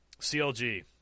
CLG